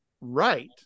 right